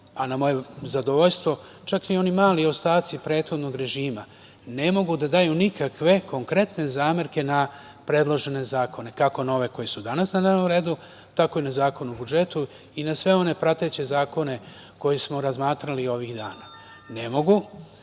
a na moje zadovoljstvo, čak i oni mali ostaci prethodnog režima ne mogu da daju nikakve konkretne zamerke na predložene zakone, kako na ove koji su danas na dnevnom redu, tako i na Zakon o budžetu i na sve one prateće zakone koje smo razmatrali ovih dana. Skrenuću